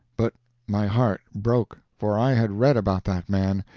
but my heart broke for i had read about that man,